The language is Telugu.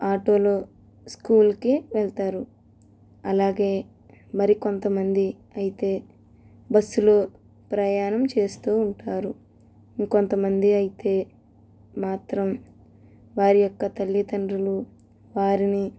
ఆటోలో స్కూల్కి వెళ్తారు అలాగే మరి కొంతమంది అయితే బస్సులో ప్రయాణం చేస్తూ ఉంటారు కొంతమంది అయితే మాత్రం వారి యొక్క తల్లిదండ్రులు వారిని